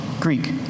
Greek